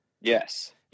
Yes